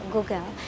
Google